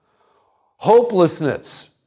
Hopelessness